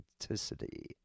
authenticity